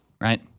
right